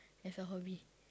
as a hobby